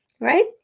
right